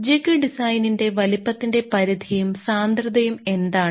jig ഡിസൈനിന്റെ വലിപ്പത്തിന്റെ പരിധിയും സാന്ദ്രതയും എന്താണ്